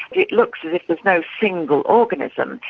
it looks as if there's no single organism.